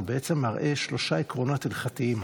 הוא למעשה מראה שלושה עקרונות הלכתיים